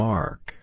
Mark